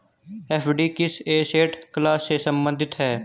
FD किस asset class से संबंधित है?